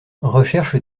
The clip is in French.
recherche